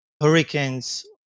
hurricanes